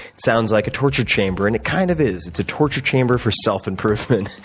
sounds like a torture chamber, and it kind of is. it's a torture chamber for self improvement.